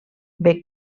bec